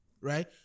right